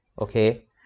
Okay